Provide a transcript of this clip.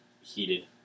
heated